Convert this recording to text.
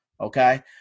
Okay